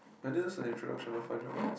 whether this is introduction or final webs